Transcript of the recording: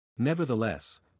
Nevertheless